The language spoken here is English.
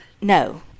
No